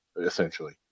essentially